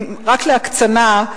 הם רק להקצנה,